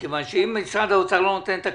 כי אם משרד האוצר לא נותן את הכסף,